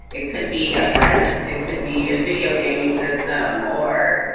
it could be a present. it could be a video gaming system or,